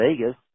Vegas